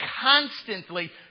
constantly